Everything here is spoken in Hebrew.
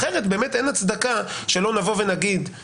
אחרת באמת אין הצדקה שלא נבוא ונגיד